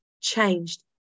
changed